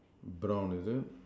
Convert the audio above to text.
brown is it